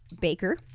baker